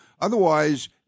Otherwise—